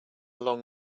long